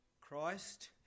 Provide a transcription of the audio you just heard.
Christ